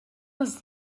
das